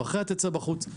ואחרי ה"תצא בחוץ",